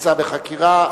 הנמצא בחקירה.